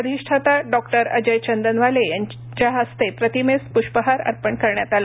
अधिष्ठाता डॉक्टर अजय चंदनवाले यांच्या हस्ते प्रतिमेस प्रष्पहार अर्पण करण्यात आला